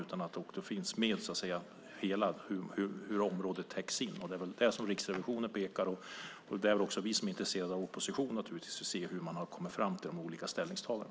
Det måste också finnas med hur området täcks in. Det är väl det som Riksrevisionen pekar på. Också vi från oppositionen är naturligtvis intresserade av hur man har kommit fram till de olika ställningstagandena.